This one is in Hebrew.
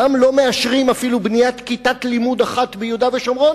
גם לא מאשרים אפילו בניית כיתת לימוד אחת ביהודה ושומרון